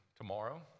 tomorrow